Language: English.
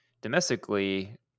domestically